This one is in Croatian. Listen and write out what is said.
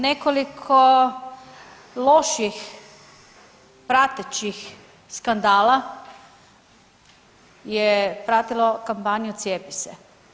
Nekoliko loših pratećih skandala je pratilo kampanju Cijepi se.